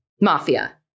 mafia